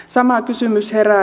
sama kysymys herää